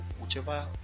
whichever